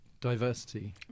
diversity